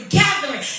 gathering